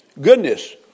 goodness